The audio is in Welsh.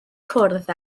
cwrdd